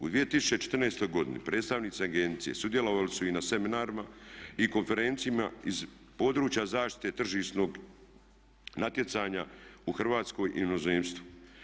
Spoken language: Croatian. U 2014.godini predstavnici agencije sudjelovali su i na seminarima i konferencijama iz područja zaštite tržišnog natjecanja u Hrvatskoj i inozemstvu.